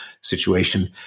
situation